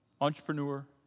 entrepreneur